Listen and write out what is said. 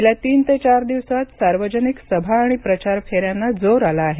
गेल्या तीन ते चार दिवसांत सार्वजनिक सभा आणि प्रचार फेऱ्यांना जोर आला आहे